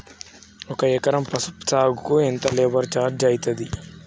ఒక ఎకరం పసుపు సాగుకు ఎంత లేబర్ ఛార్జ్ అయితది?